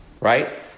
right